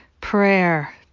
prayer